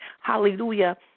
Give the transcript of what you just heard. hallelujah